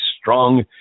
strong